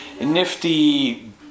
nifty